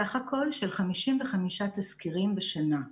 סך הכול של 55 תסקירים בשנה.